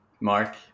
Mark